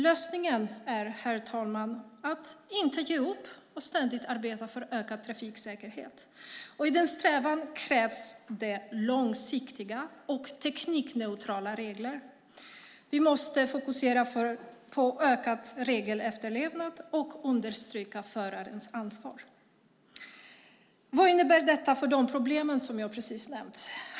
Lösningen är, herr talman, att inte ge upp utan ständigt arbeta för ökad trafiksäkerhet. I den strävan krävs det långsiktiga och teknikneutrala regler. Vi måste fokusera på ökad regelefterlevnad och understryka förarens ansvar. Vad innebär detta för de problem som jag precis nämnt?